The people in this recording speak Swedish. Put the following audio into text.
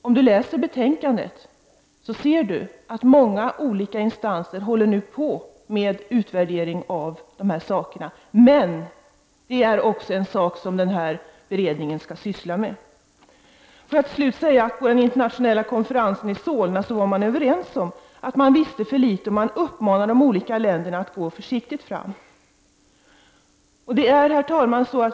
Den som läser betänkandet ser att många olika instanser nu håller på med utvärdering, men det är också en sak som beredningen skall syssla med. Låt mig till slut säga att man på den internationella konferensen i Solna var överens om att man visste för litet, och man uppmanade de olika länderna att gå försiktigt fram.